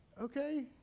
Okay